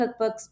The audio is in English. cookbooks